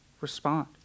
respond